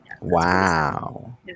wow